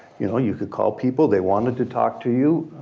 you know you could call people, they wanted to talk to you.